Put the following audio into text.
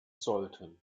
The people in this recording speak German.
sollten